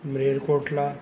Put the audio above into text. Malerkotla